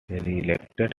reelected